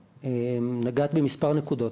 נגעת במספר נקודות.